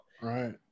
Right